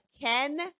Ken